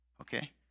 Okay